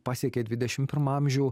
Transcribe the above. pasiekė dvidešim pirmą amžių